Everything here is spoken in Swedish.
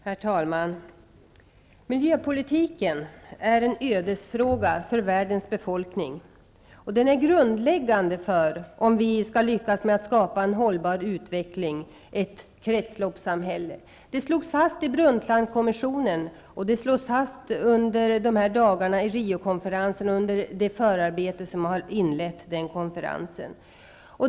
Herr talman! Miljöpolitiken är en ödesfråga för världens befolkning. Den är grundläggande för om vi skall lyckas skapa en hållbar utveckling, ett kretsloppssamhälle. Detta slogs fast i Brundtlandkommission och i det förarbete som har inlett Riokonferensen, som pågår under dessa dagar.